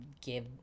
give